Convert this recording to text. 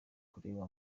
kureba